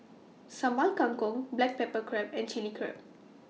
Sambal Kangkong Black Pepper Crab and Chilli Crab